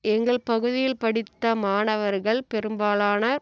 எங்கள் பகுதியில் படித்த மாணவர்கள் பெரும்பாலான